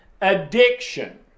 addiction